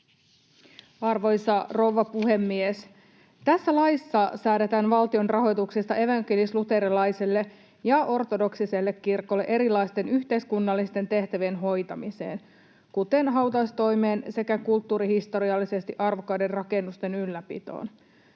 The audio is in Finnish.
Arvoisa rouva puhemies! Tässä laissa säädetään valtion rahoituksesta evankelis-luterilaiselle kirkolle ja ortodoksiselle kirkolle erilaisten yhteiskunnallisten tehtävien hoitamiseen kuten hautaustoimeen sekä kulttuurihistoriallisesti arvokkaiden rakennusten ylläpitoon.